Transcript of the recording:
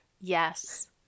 Yes